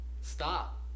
stop